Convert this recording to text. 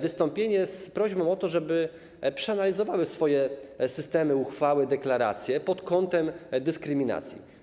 wystąpienie z prośbą o to, żeby przeanalizowały swoje systemy, uchwały, deklaracje pod kątem dyskryminacji.